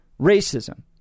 racism